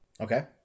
Okay